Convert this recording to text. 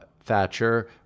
Thatcher